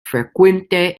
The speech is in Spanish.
frecuente